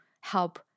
help